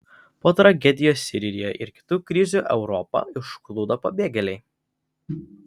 po tragedijos sirijoje ir kitų krizių europą užplūdo pabėgėliai